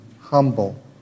humble